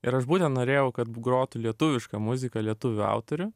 ir aš būtent norėjau kad grotų lietuviška muzika lietuvių autorių